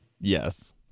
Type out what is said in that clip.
Yes